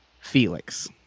Felix